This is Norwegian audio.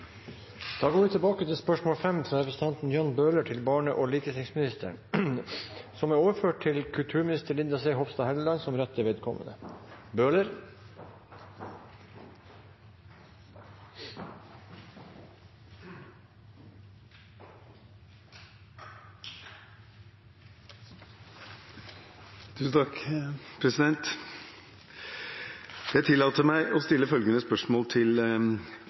Da går vi tilbake til spørsmål 5. Dette spørsmålet, fra Jan Bøhler til barne- og likestillingsministeren, vil bli besvart av kulturministeren som rette vedkommende. Jeg tillater meg å stille følgende spørsmål til